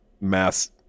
mass